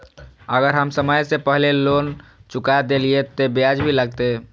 अगर हम समय से पहले लोन चुका देलीय ते ब्याज भी लगते?